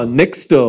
next